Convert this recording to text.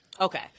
Okay